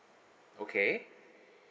okay